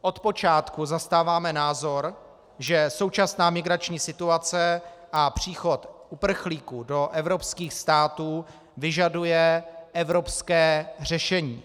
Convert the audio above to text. Od počátku zastáváme názor, že současná migrační situace a příchod uprchlíků do evropských států vyžaduje evropské řešení.